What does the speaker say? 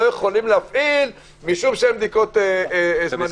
יכולים להפעיל כי אין בדיקות זמינות.